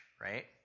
right